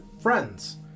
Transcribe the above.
friends